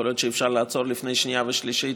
יכול להיות שאי-אפשר לעצור לפני שנייה ושלישית,